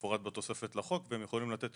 שמפורט בתוספת לחוק והם יכולים לתת